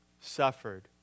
suffered